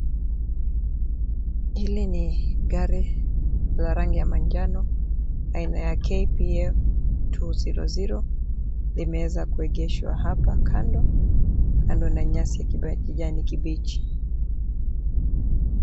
Hili ni gari la rangi ya manjano aina ya KPF 200 . Limeweza kuegeshwa hapa kando, kando na nyasi ya kijani kibichi .